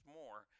more